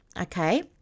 okay